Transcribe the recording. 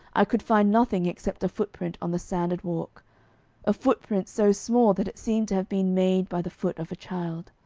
i could find nothing except a footprint on the sanded walk a footprint so small that it seemed to have been made by the foot of a child.